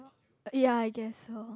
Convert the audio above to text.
ya I guess so